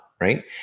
right